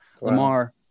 Lamar